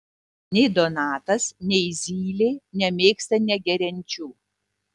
nei donatas nei zylė nemėgsta negeriančių